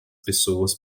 pessoas